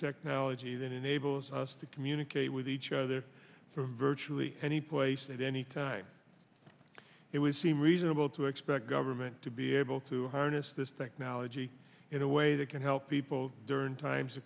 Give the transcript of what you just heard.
technology that enables us to communicate with each other from virtually any place at any time it would seem reasonable to expect government to be able to harness this technology in a way that can help people during times of